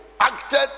acted